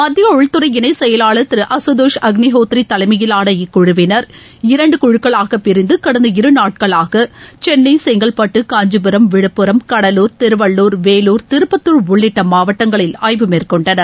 மத்திய உள்துறை இணைச் செயலாளர் திரு அசுதோஷ் அக்னிஹோத்ரி தலைமையிலான இக்குழுவினர் இரண்டு குழுக்களாகப் பிரிந்து கடந்த இரு நாட்களாக சென்னை செங்கல்பட்டு காஞ்சிபுரம் விழுப்புரம் கடலூர் திருவள்ளூர் வேலூர் திருப்பத்தூர் உள்ளிட்ட மாவட்டங்களில் ஆய்வு மேற்கொண்டனர்